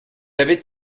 avait